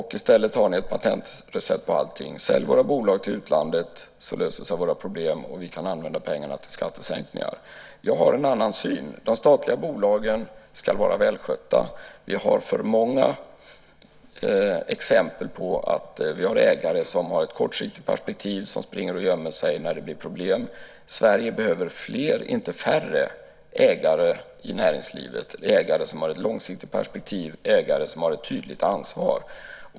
I stället har ni ett patentrecept för allting: Sälj våra bolag till utlandet, så löser sig våra problem och vi kan använda pengarna till skattesänkningar. Jag har en annan syn. De statliga bolagen ska vara välskötta. Vi har för många exempel på ägare som har ett kortsiktigt perspektiv och som springer och gömmer sig när det blir problem. Sverige behöver fler, inte färre, ägare i näringslivet - ägare som har ett långsiktigt perspektiv, ägare som har ett tydligt ansvar.